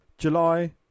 july